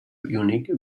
unique